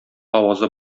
авазы